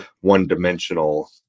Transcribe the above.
one-dimensional